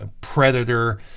predator